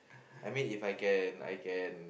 I mean If I can I can